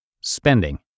spending